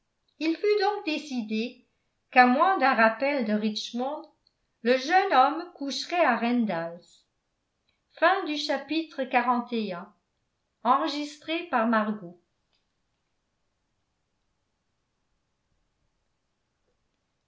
il fut donc décidé qu'à moins d'un rappel de richmond le jeune homme coucherait à randalls